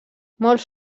molts